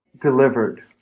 delivered